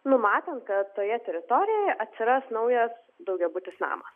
numatant kad toje teritorijoje atsiras naujas daugiabutis namas